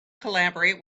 collaborate